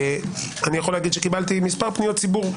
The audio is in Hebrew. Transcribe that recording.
אני יכול להגיד שקיבלתי מספר פניות ציבור,